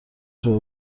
شده